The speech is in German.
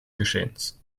geschehens